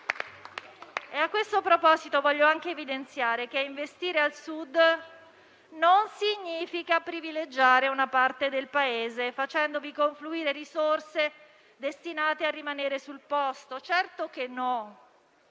A questo proposito voglio anche evidenziare che investire al Sud non significa privilegiare una parte del Paese, facendovi confluire risorse destinate a rimanere sul posto. Certo che no,